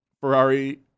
Ferrari